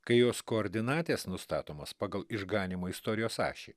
kai jos koordinatės nustatomos pagal išganymo istorijos ašį